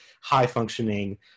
high-functioning